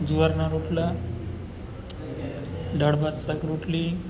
જુવારના રોટલા દાળ ભાત શાક રોટલી